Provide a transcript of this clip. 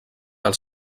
els